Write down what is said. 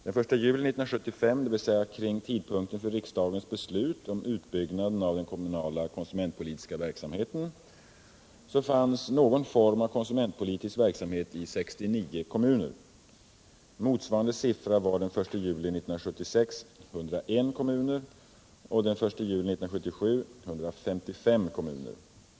Den 1 juli 1975, dvs. kring tidpunkten för riksdagens beslut om utbyggnaden av den kommunala konsumentpolitiska verksamheten, fanns någon form av konsumentpolitisk verksamhet i 69 kommuner. Motsvarande siffra var 101 kommuner den 1 juli 1976 och 155 kommuner den 1 juli 1977.